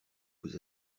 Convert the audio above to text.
vous